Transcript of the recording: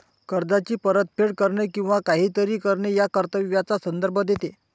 कर्जाची परतफेड करणे किंवा काहीतरी करणे या कर्तव्याचा संदर्भ देते